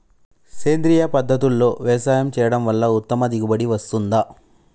సేంద్రీయ పద్ధతుల్లో వ్యవసాయం చేయడం వల్ల ఉత్తమ దిగుబడి వస్తుందా?